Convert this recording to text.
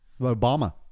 Obama